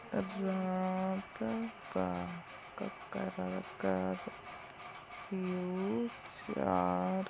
ਰਾਤ ਦਾ ਕ ਕਰ ਕਰਫਿਊ ਚਾਰ